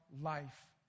life